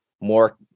more